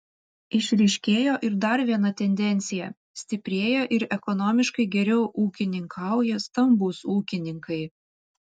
išryškėjo ir dar viena tendencija stiprėja ir ekonomiškai geriau ūkininkauja stambūs ūkininkai